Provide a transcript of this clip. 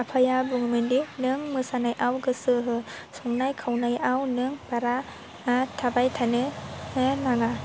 आफाया बुङोमोनदि नों मोसानायाव गोसो हो संनाय खावनायाव नों बारा थाबाय थानो नाङा